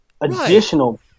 additional